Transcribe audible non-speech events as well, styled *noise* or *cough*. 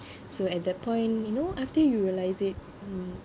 *breath* so at that point you know after you realize it hmm